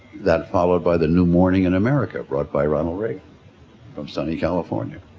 that followed by the new morning in american brought by ronald reagan from sunny california.